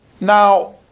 Now